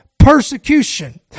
persecution